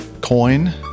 coin